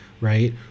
right